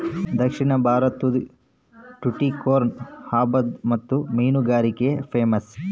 ದಕ್ಷಿಣ ಭಾರತುದ್ ಟುಟಿಕೋರ್ನ್ ಅಂಬಾದು ಮುತ್ತು ಮೀನುಗಾರಿಕ್ಗೆ ಪೇಮಸ್ಸು